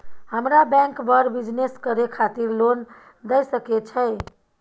हमरा बैंक बर बिजनेस करे खातिर लोन दय सके छै?